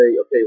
okay